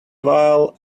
while